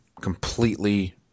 completely